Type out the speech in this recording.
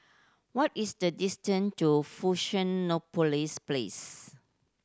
what is the distance to Fusionopolis Place